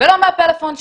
ולא מהפלאפון שלה.